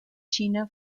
china